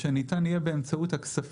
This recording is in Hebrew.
שבמסגרת תזכיר החוק ניתן יהיה באמצעות הכספים